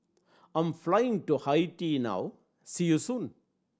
I'm flying to Haiti now see you soon